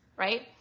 Right